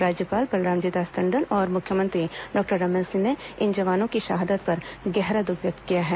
राज्यपाल बलरामजी दास टंडन और मुख्यमंत्री डॉक्टर रमन सिंह ने इन जवानों की शहादत पर गहरा दुख व्यक्त किया है